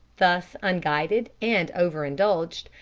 thus unguided and overindulged,